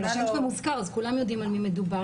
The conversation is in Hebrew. אבל השם שלו מוזכר אז כולם יודעים על מי מדובר.